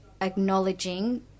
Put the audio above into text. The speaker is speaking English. acknowledging